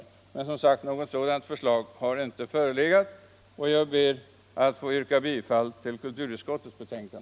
Något förslag om att inte godtaga avtalet har emellertid inte framställts. Jag ber att få yrka bifall till kulturutskottets hemställan.